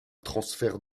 transfert